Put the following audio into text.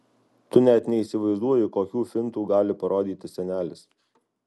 tu net neįsivaizduoji kokių fintų gali parodyti senelis